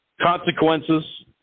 consequences